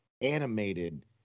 animated